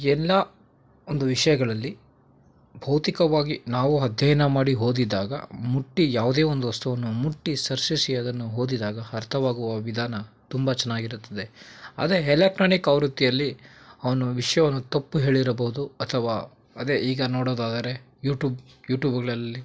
ಎಲ್ಲ ಒಂದು ವಿಷಯಗಳಲ್ಲಿ ಭೌತಿಕವಾಗಿ ನಾವು ಅಧ್ಯಯನ ಮಾಡಿ ಓದಿದಾಗ ಮುಟ್ಟಿ ಯಾವುದೇ ಒಂದು ವಸ್ತುವನ್ನು ಮುಟ್ಟಿ ಸರ್ಶಿಸಿ ಅದನ್ನು ಓದಿದಾಗ ಅರ್ಥವಾಗುವ ವಿಧಾನ ತುಂಬ ಚೆನ್ನಾಗಿರುತ್ತದೆ ಅದೇ ಹೆಲೆಕ್ಟ್ರಾನಿಕ್ ಆವೃತ್ತಿಯಲ್ಲಿ ಅವನು ವಿಷಯವನ್ನು ತಪ್ಪು ಹೇಳಿರಬಹುದು ಅಥವಾ ಅದೇ ಈಗ ನೋಡೋದಾದರೆ ಯೂಟೂಬ್ ಯೂಟೂಬುಗಳಲ್ಲಿ